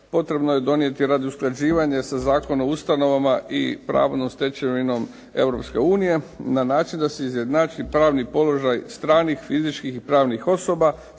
potrebno je donijeti radi usklađivanja sa Zakonom o ustanovama i pravnom stečevinom Europske unije na način da se izjednači pravni položaj stranih fizičkih i pravnih osoba